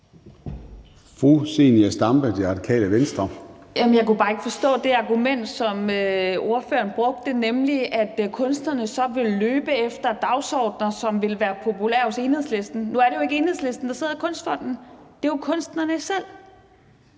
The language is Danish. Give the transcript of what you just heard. Zenia Stampe (RV): Jeg kunne bare ikke forstå det argument, som ordføreren brugte, nemlig at kunstnerne ville løbe efter dagsordener, som vil være populære hos Enhedslisten. Nu er det jo ikke Enhedslisten, der sidder i Kunstfonden; det er jo kunstnerne selv.